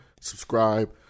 subscribe